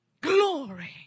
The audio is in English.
Glory